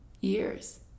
years